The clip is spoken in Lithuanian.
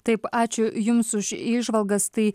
taip ačiū jums už įžvalgas tai